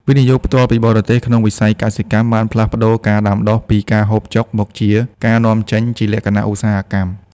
វិនិយោគផ្ទាល់ពីបរទេស ក្នុងវិស័យកសិកម្មបានផ្លាស់ប្តូរការដាំដុះពី "ការហូបចុក" មកជា "ការនាំចេញ" ជាលក្ខណៈឧស្សាហកម្ម។